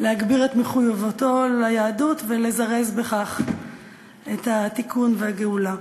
להגביר את מחויבותו ליהדות ולזרז בכך את התיקון והגאולה.